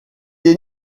est